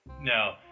No